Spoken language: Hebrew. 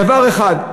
דבר אחד,